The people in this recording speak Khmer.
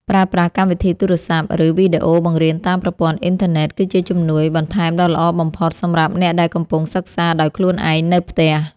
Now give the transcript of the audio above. ប្រើប្រាស់កម្មវិធីទូរស័ព្ទ ឬវីដេអូបង្រៀនតាមប្រព័ន្ធអ៊ីនធឺណិតគឺជាជំនួយបន្ថែមដ៏ល្អបំផុតសម្រាប់អ្នកដែលកំពុងសិក្សាដោយខ្លួនឯងនៅផ្ទះ។